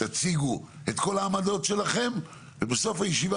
תציגו את כל העמדות שלכם ובסוף הישיבה